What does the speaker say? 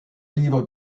livre